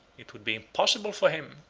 it would be impossible for him,